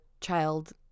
child